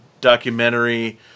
documentary